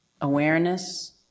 awareness